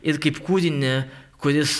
ir kaip kūrinį kuris